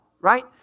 Right